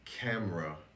camera